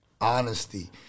honesty